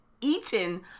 eaten